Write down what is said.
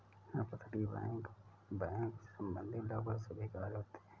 अपतटीय बैंक मैं बैंक से संबंधित लगभग सभी कार्य होते हैं